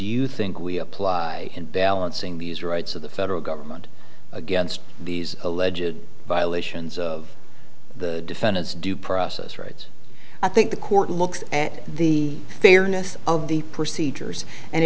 you think we apply in balancing these rights of the federal government against these alleged violations of the defendant's due process rights i think the court looks at the fairness of the procedures and